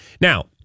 Now